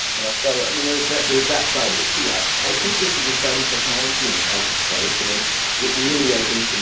you know so, i mean, there's that there's that side of it too. i i think this is exciting technology, and it has a place, and it it really, i think, and